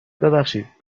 ببخشید